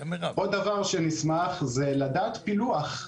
עוד דבר שנשמח זה לדעת פילוח.